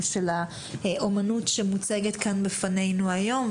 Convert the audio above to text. ושל האומנות שמוצגת כאן בפנינו היום,